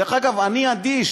דרך אגב, אני אדיש.